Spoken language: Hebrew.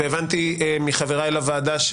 והבנתי מחבריי לוועדה,